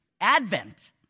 Advent